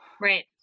Right